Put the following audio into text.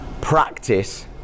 practice